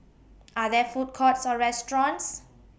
Are There Food Courts Or restaurants